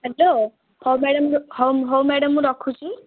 hello ହେଉ madam ହେଉ madam ମୁଁ ରଖୁଛି